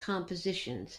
compositions